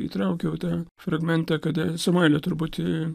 įtraukiau tą fragmentą kada samuelio turbūt